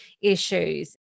issues